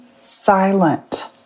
silent